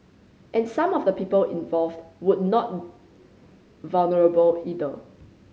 and some of the people involved would not vulnerable either